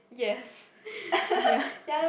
yes ya